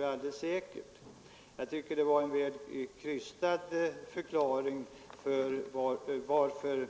Jag tycker att det var en krystad förklaring till att